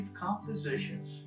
compositions